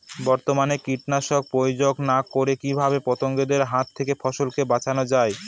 বর্তমানে কীটনাশক প্রয়োগ না করে কিভাবে পতঙ্গদের হাত থেকে ফসলকে বাঁচানো যায়?